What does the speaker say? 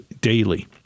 daily